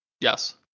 Yes